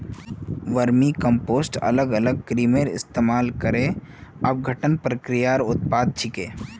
vermicompost अलग अलग कृमिर इस्तमाल करे अपघटन प्रक्रियार उत्पाद छिके